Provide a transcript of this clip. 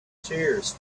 tears